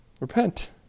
Repent